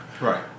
Right